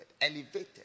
elevated